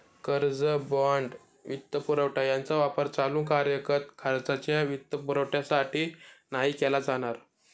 कर्ज, बाँड, वित्तपुरवठा यांचा वापर चालू कार्यरत खर्चाच्या वित्तपुरवठ्यासाठी नाही केला जाणार